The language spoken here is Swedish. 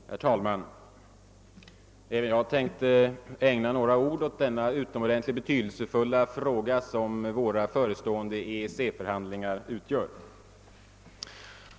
Herr talman! Även jag tänkte ägna några ord åt den utomordentligt betydelsefulla fråga som våra förestående EEC-förhandlingar utgör.